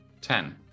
Ten